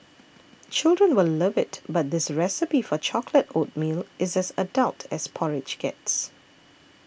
children will love it but this recipe for chocolate oatmeal is as adult as porridge gets